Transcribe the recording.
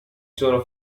sono